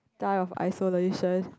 type of isolation